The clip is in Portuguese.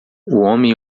homem